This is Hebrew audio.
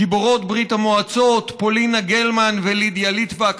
גיבורות ברית המועצות פולינה גלמן ולידיה ליטבק,